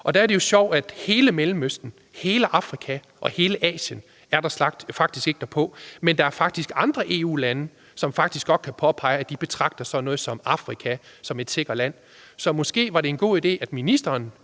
lande. Det er jo sjovt, at hele Mellemøsten, hele Afrika og hele Asien faktisk ikke er på den liste, men at der er andre EU-lande, som betragter lande i sådan noget som Afrika som sikre lande. Så måske var det en god idé, at ministeren